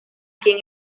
quien